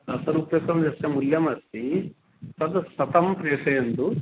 दश कृतं यस्य मूल्यमस्ति तद् शतं प्रेषयन्तु